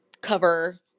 cover